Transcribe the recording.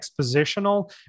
expositional